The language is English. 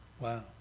Wow